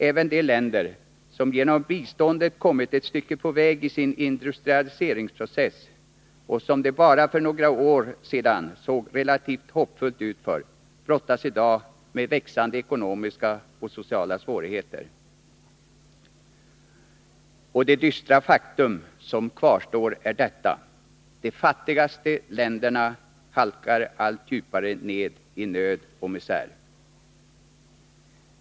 Även de länder som genom biståndet kommit ett stycke på väg i sin industrialiseringsprocess och för vilka det bara för några år sedan såg relativt hoppfullt ut brottas i dag med växande ekonomiska och sociala svårigheter. Och det dystra faktum som kvarstår är detta: de fattigaste länderna halkar allt djupare ned i nöd och misär.